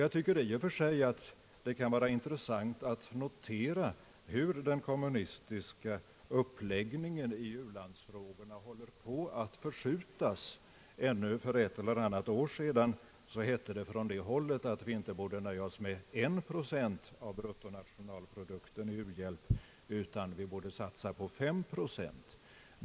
Jag tycker i och för sig att det kan vara intressant att notera hur den kommunistiska uppläggningen i u-landsfrågorna håller på att förskjutas. Ännu för ett eller annat år sedan hette det från det hållet att vi inte borde nöja oss med 1 procent av bruttonationalprodukten i u-hjälp, utan att vi borde satsa 5 procent.